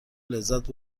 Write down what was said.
لذت